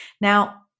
Now